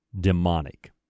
demonic